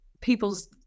people's